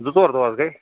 زٕ ژور دۄہ حظ گٔے